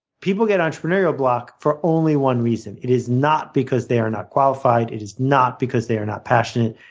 people get entrepreneurial block for only one reason. it is not because they are not qualified. it is not because they are not passionate.